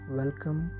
welcome